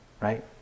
right